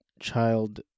child